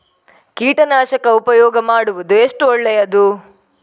ಕೀಟನಾಶಕ ಉಪಯೋಗ ಮಾಡುವುದು ಎಷ್ಟು ಒಳ್ಳೆಯದು?